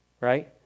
right